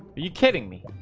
you kidding me?